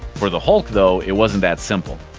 for the hulk, though, it wasn't that simple.